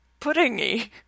puddingy